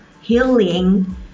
healing